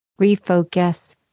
refocus